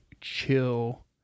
chill